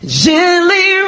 gently